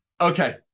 Okay